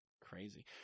crazy